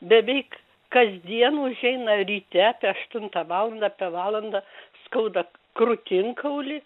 beveik kasdien užeina ryte apie aštuntą valandą apie valandą skauda krūtinkaulį